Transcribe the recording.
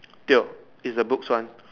tio is a books one